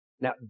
Now